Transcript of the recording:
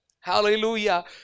Hallelujah